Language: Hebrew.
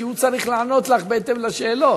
כי הוא צריך לענות לך בהתאם לשאלות.